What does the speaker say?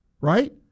right